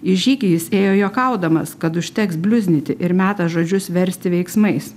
į žygį jis ėjo juokaudamas kad užteks bliuznyti ir metas žodžius versti veiksmais